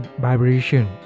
vibration